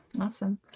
awesome